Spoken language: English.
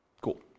Cool